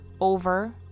over